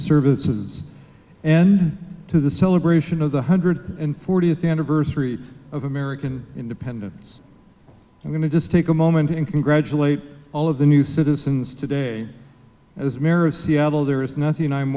services and to the celebration of the hundred and forty eighth anniversary of american independence i'm going to just take a moment and congratulate all of the new citizens today as mayor of seattle there is nothing i